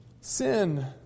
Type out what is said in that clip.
Sin